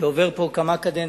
שעובר פה כמה קדנציות.